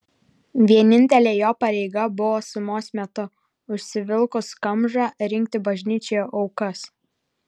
vienintelė jo pareiga buvo sumos metu užsivilkus kamžą rinkti bažnyčioje aukas